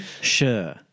Sure